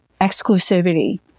exclusivity